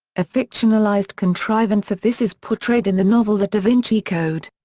a fictionalized contrivance of this is portrayed in the novel the da vinci code.